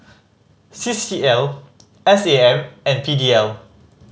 C C L S A M and P D L